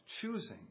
choosing